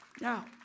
Now